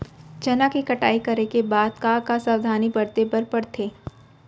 चना के कटाई करे के बाद का का सावधानी बरते बर परथे?